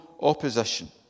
opposition